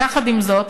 יחד עם זאת,